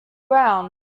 brown